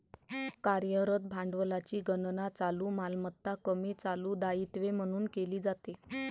कार्यरत भांडवलाची गणना चालू मालमत्ता कमी चालू दायित्वे म्हणून केली जाते